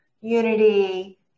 unity